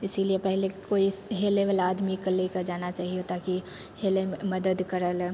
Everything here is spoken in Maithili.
इसीलिए पहले कोइ हेलैवला आदमीके लऽ कऽ जाना चाही ताकि हेलैमे मदद करैलए